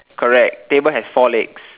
correct table has four legs